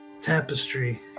tapestry